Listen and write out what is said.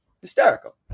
Hysterical